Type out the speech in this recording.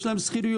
יש להם שכירויות.